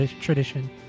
tradition